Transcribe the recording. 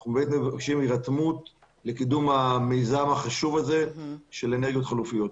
אנחנו בהחלט מבקשים הירתמות לקידום המיזם החשוב הזה נגד חלופיות.